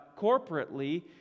corporately